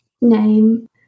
name